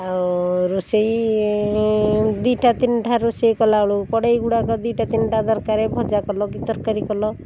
ଆଉ ରୋଷେଇ ଦୁଇଠା ତିନିଠା ରୋଷେଇ କଲାବେଳୁ କଡ଼େଇ ଦୁଇଟା ତିନିଟା ଦରକାର ଭଜା କଲ କି ତରକାରୀ କଲ